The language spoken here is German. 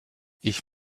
ich